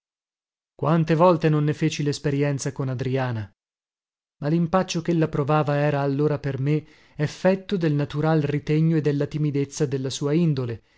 quante volte non ne feci lesperienza con adriana ma limpaccio chella provava era allora per me effetto del natural ritegno e della timidezza della sua indole